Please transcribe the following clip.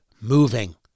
moving